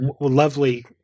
lovely